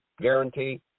guarantee